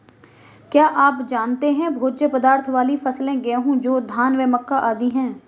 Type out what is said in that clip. क्या आप जानते है भोज्य पदार्थ वाली फसलें गेहूँ, जौ, धान व मक्का आदि है?